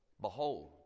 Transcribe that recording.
behold